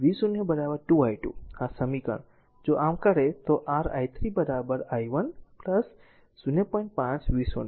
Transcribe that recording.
છે તેથી આ સમીકરણ v0 2 i2 આ સમીકરણ જો આમ કરે તો r i3 i1 0